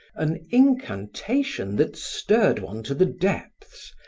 an incantation that stirred one to the depths,